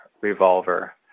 revolver